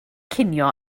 cinio